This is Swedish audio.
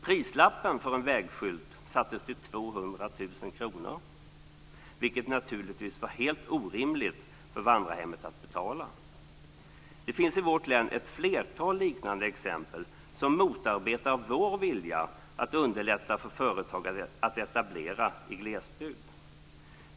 Prislappen för en vägskylt sattes till 200 000 kr, vilket naturligtvis var helt orimligt för vandrarhemmet att betala. Det finns i vårt län ett flertal liknande exempel som motarbetar vår vilja att underlätta för företag att etablera sig i glesbygd.